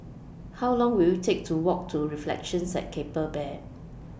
How Long Will IT Take to Walk to Reflections At Keppel Bay